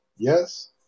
Yes